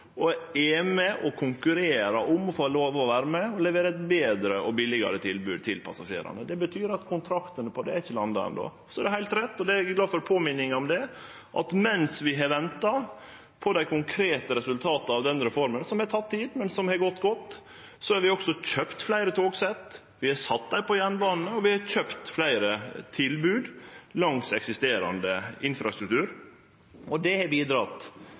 er med og konkurrerer om å få lov til å vere med og levere eit betre og billegare tilbod til passasjerane. Det betyr at kontraktane om det ikkje er landa enno. Det er også heilt rett, og eg er glad for påminninga om det, at medan vi har venta på dei konkrete resultata av den reforma – som har teke tid, men som har gått godt – har vi også kjøpt fleire togsett, vi har sett dei på jernbanen, og vi har kjøpt fleire tilbod langs den eksisterande infrastrukturen. Det har bidrege